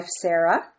Sarah